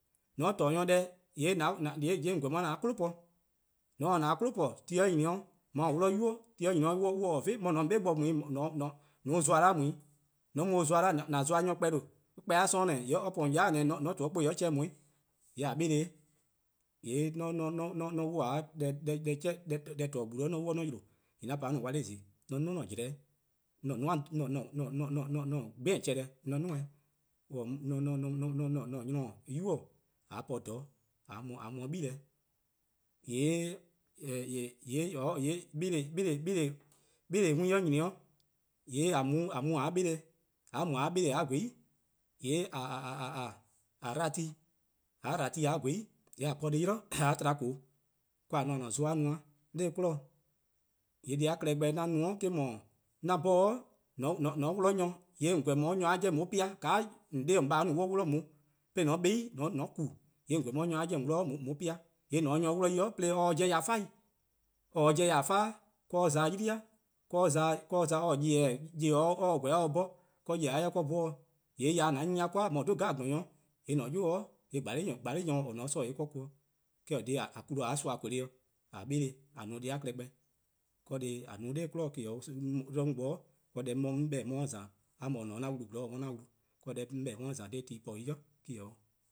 :Mor :on :torne' nyor deh :yee' :on :korn :on 'ye-a 'keli po. :mor :on se 'an 'kwli po :mor ti nyni 'o, :mor :or 'wluh-a 'nynuu: :mor ti nyni 'o mor on :taa 'vin, mor :on :se 'de :on 'be bo mu :on se-or :zlor 'da mu 'i, :mor :on mu-or :zlor 'da :an zlor nyor kpor :due, kpor-a 'sororn' neh :yee' or po :on yai-dih :mor :on to 'o 'kpuh :yee' or chehn 'weh. :yee' deh :neheh :neh, :yee' :mor 'on 'wluh 'de nyor-deh-torne' gbu 'zorn 'on 'yle, :yee' 'an pa-' 'an-a' 'wla+ zon+, 'on 'duo: 'an-a' 'jlehn-' 'an-a' 'gbih :or chehn-deh :yee' 'on 'duo:-eh 'weh, 'on mor 'an-a 'nynor-: 'an-a' 'nynuu:-: :yee' :a po ;dhororn' :a mu 'de 'gle.:yee' :mor 'beleh: 'we nyni 'o, :yee' :a mu :a 'beleh-', :mor :a 'beleh :a :gweh 'i, :ye' :a dba tu+, :mor :a dba tu+ :a :gweh 'i :yee' :a po deh+ 'yli 'de :a tba :koo:, ka :a no ;a-a'a: zon-a no-a 'nor 'kwi'nehbo. :yee' deh+-a klehkpeh 'an no-a eh-: 'dhu, 'an 'bhorn :mor :on 'wluh nyor, :on :korn :on 'ye nyor-a 'jeh :dao' pean' :ka :on no-a 'de :on 'de-: 'dekorn: :on :baa' or 'wluh-a on 'de :on 'beh-a 'i 'de :on ku-a', :yee' :on :korn :on 'ye nyor-a 'jeh :on 'wluh :on 'ye pean, :yee' :on :se-: nyor 'wluh 'i 'de or :se-' or 'jeh ya 'fai, :mor or taa or 'jeh-dih 'fa, 'de or 'yli-a', 'de or za or-: nyor-kpalu+-:, nyor+-kpalu or se-a :korn or 'ye-a 'bhorn nyor-kpalu-a 'jeh or-: or 'bhorn, :yee' eh ya 'de :an 'nyene-a 'kor-a :mor :or 'dhu-a :gwlor-nyor 'jeh-'. :yee' :an-a'a: 'yu nyor 'sluh :on se-a 'sor :yee' or-: korn-or. Eh-: :korn dhih :a kuli a :son 'de deh+-dih :a 'beleh, :a no deh-a klehkpeh, :yee' deh :a no-a 'nor 'kwi'nehbo me 'o. :yee' 'de 'on bo deh 'on 'beh-dih: 'on 'ye-a :za a :mor :on :ne 'o 'an wlu 'zorn :an 'worn-a wlu deh 'on 'deh-dih 'on 'ye-a :za dha ti :kpor :bei' :daa me 'o.